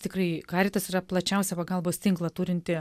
tikrai karitas yra plačiausią pagalbos tinklą turinti